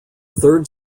third